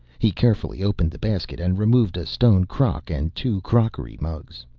he carefully opened the basket and removed a stone crock and two crockery mugs.